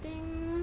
I think